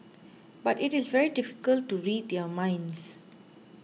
but it is very difficult to read their minds